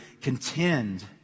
contend